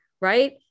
right